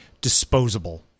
disposable